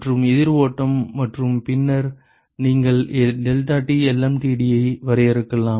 மற்றும் எதிர் ஓட்டம் மற்றும் பின்னர் நீங்கள் deltaTlmtd ஐ வரையறுக்கலாம்